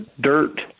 dirt